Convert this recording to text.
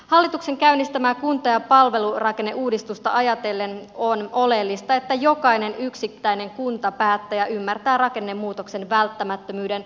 hallituksen käynnistämää kunta ja palvelurakenneuudistusta ajatellen on oleellista että jokainen yksittäinen kuntapäättäjä ymmärtää rakennemuutoksen välttämättömyyden